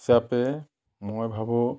হিচাপে মই ভাবো